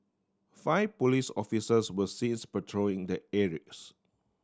five police officers were sees patrolling the areas